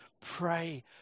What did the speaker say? pray